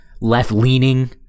left-leaning